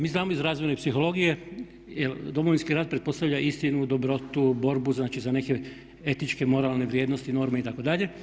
Mi znamo iz razvojne psihologije jer Domovinski rat pretpostavlja istinu, dobrotu, borbu znači za neke etičke, moralne vrijednosti, norme itd.